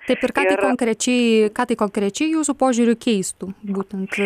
taip ir ką tai konkrečiai ką tai konkrečiai jūsų požiūriu keistų būtent